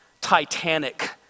Titanic